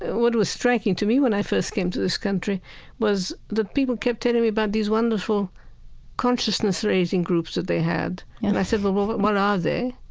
what was striking to me when i first came to this country was that people kept telling me about these wonderful consciousness-raising groups that they had, and i said, well, but what are they?